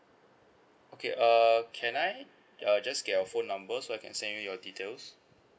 okay uh can I uh just get your phone number so I can send you your details